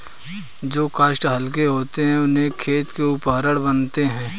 जो काष्ठ हल्के होते हैं, उनसे खेल के उपकरण बनते हैं